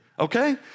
okay